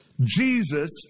Jesus